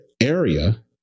area